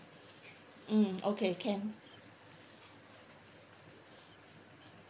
mm okay can